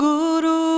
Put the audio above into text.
Guru